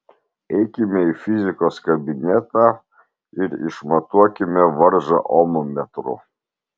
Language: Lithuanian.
eikime į fizikos kabinetą ir išmatuokime varžą ommetru